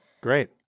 Great